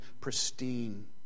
pristine